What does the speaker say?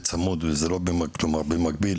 במקביל